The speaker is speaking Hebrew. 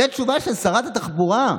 זאת תשובה של שרת התחבורה.